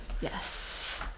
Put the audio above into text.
Yes